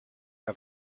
que